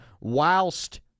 whilst